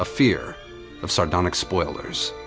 ah fear of sardonic spoilers.